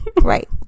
right